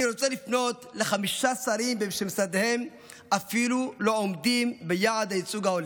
אני רוצה לקרוא לחמישה שרים שמשרדיהם לא עומדים ביעד הייצוג ההולם: